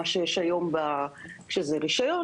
כמו שיש היום עבור רישיון